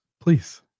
Please